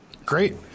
Great